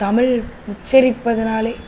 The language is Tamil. தமிழ் உச்சரிப்பதனாலே